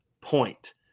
point